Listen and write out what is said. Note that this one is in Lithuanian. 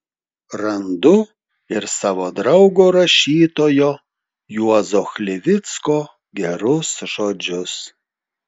randu ir savo draugo rašytojo juozo chlivicko gerus žodžius